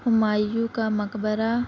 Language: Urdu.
ہمایوں کا مقبرہ